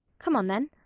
come on, then.